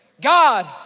God